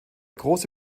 große